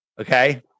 okay